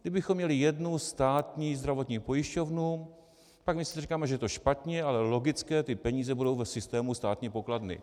Kdybychom měli jednu státní zdravotní pojišťovnu, pak říkáme, že je to špatně, ale logické, ty peníze budou v systému státní pokladny.